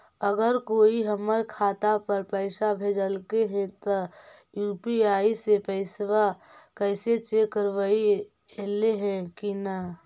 अगर कोइ हमर खाता पर पैसा भेजलके हे त यु.पी.आई से पैसबा कैसे चेक करबइ ऐले हे कि न?